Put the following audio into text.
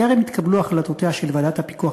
וטרם התקבלו החלטותיה של ועדת הפיקוח